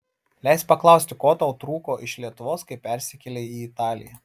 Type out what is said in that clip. leisk paklausti ko tau trūko iš lietuvos kai persikėlei į italiją